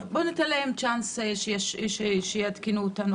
בוא ניתן להם צ'אנס שיעדכנו אותו.